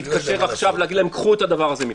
להתקשר עכשיו, להגיד להם: קחו את הדבר הזה מפה.